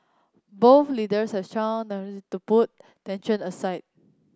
both leaders have strong domestic to put tensions aside